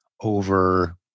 over